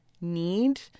need